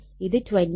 ഇത് 20 ആണ്